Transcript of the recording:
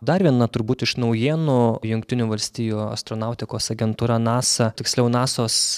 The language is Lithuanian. dar viena turbūt iš naujienų jungtinių valstijų astronautikos agentūra nasa tiksliau nasos